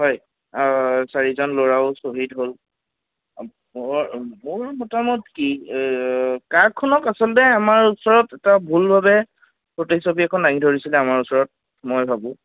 হয় চাৰিজন ল'ৰাও শ্বহীদ হ'ল মোৰ মোৰ মতামত কি কাখনক আচলতে আমাৰ ওচৰত এটা ভুলভাৱে প্ৰতিচ্ছবি এখন দাঙি ধৰিছিলে আমাৰ ওচৰত মই ভাবো